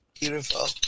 Beautiful